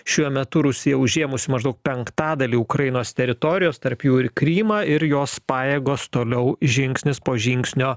šiuo metu rusija užėmusi maždaug penktadalį ukrainos teritorijos tarp jų ir krymą ir jos pajėgos toliau žingsnis po žingsnio